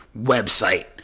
website